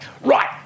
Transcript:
right